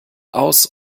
aus